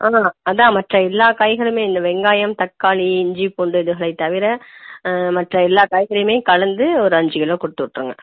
அதான் அதான் மற்ற எல்லா காய்கறியும் இல்லை வெங்காயம் தக்காளி இஞ்சி பூண்டு இதுகள் தவிர மற்ற எல்லா காய்கறிமே கலந்து ஒரு அஞ்சு கிலோ கொடுத்து விட்டுருங்க